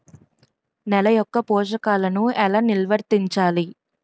నెల యెక్క పోషకాలను ఎలా నిల్వర్తించాలి